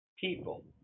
people